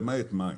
למעט מים.